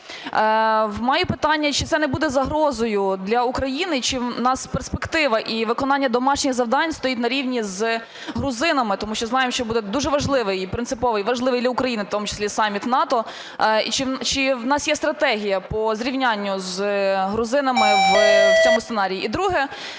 мене питання: чи це не буде загрозою для України? Чи у нас перспектива і виконання домашніх завдань стоїть на рівні з грузинами? Тому що знаємо, що буде дуже важливий і принциповий, важливий для України в тому числі саміт НАТО. Чи у нас є стратегія по зрівнянню з грузинами в цьому сценарії? І друге: